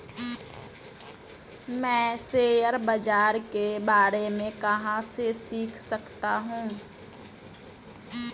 मैं शेयर बाज़ार के बारे में कहाँ से सीख सकता हूँ?